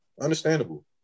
Understandable